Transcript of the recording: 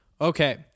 Okay